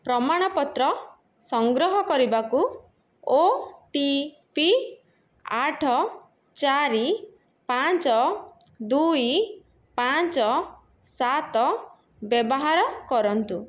ପ୍ରମାଣପତ୍ର ସଂଗ୍ରହ କରିବାକୁ ଓ ଟି ପି ଆଠ ଚାରି ପାଞ୍ଚ ଦୁଇ ପାଞ୍ଚ ସାତ ବ୍ୟବହାର କରନ୍ତୁ